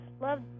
love